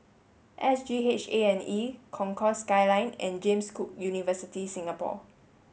S G H A and E Concourse Skyline and James Cook University Singapore